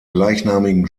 gleichnamigen